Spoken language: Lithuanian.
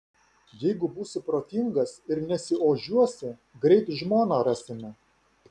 jeigu būsi protingas ir nesiožiuosi greit žmoną rasime